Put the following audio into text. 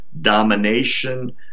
domination